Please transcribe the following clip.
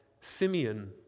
Simeon